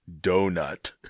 donut